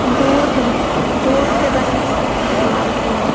दूध दूध से बने समान चाहिए